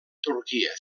turquia